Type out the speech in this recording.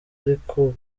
ariko